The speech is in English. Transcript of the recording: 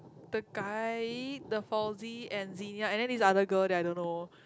the guy the Fauzi and Zinia and then this other girl that I don't know